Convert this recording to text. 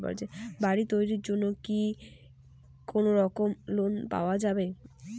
বাড়ি তৈরির জন্যে কি কোনোরকম লোন পাওয়া যাবে?